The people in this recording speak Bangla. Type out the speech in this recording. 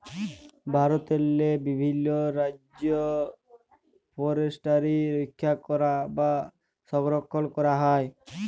ভারতেরলে বিভিল্ল রাজ্যে ফরেসটিরি রখ্যা ক্যরা বা সংরখ্খল ক্যরা হয়